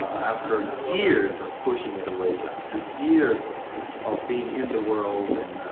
after years of pushing it away, and years of of being in the world and,